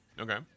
okay